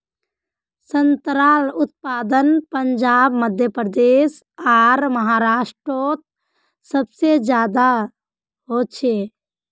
संत्रार उत्पादन पंजाब मध्य प्रदेश आर महाराष्टरोत सबसे ज्यादा होचे